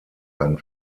ein